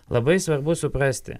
labai svarbu suprasti